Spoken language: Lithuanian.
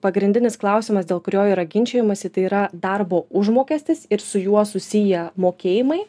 pagrindinis klausimas dėl kurio yra ginčijamasi tai yra darbo užmokestis ir su juo susiję mokėjimai